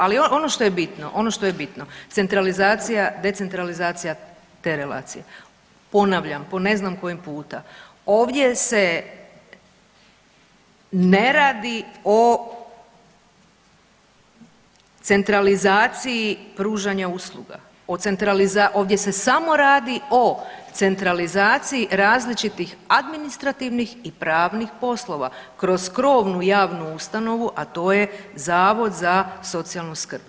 Ali ono što je bitno, centralizacija, decentralizacija te relacije, ponavljam po ne znam koji puta ovdje se ne radi o centralizaciji pružanja usluga, ovdje se samo radi o centralizaciji različitih administrativnih i pravnih poslova kroz krovnu javnu ustanovu, a to je Zavod za socijalnu skrb.